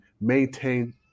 maintain